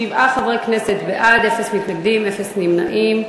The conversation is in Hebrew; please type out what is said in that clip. שבעה חברי כנסת בעד, אפס מתנגדים, אפס נמנעים.